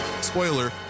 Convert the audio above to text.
spoiler